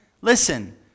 Listen